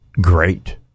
great